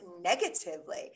negatively